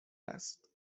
است